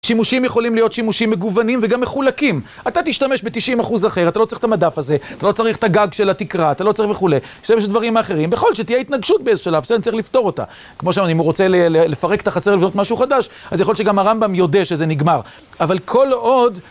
שימושים יכולים להיות שימושים מגוונים וגם מחולקים, אתה תשתמש ב-90 אחוז אחר, אתה לא צריך את המדף הזה, אתה לא צריך את הגג של התקרה, אתה לא צריך וכולי, שם יש דברים אחרים, יכול להיות שתהיה התנגשות באיזשהו שלב, בסדר, צריך לפתור אותה, כמו שאמרתי, אם הוא רוצה לפרק את החצר ולבנות משהו חדש, אז יכול להיות שגם הרמב״ם יודה שזה נגמר, אבל כל עוד...